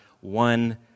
one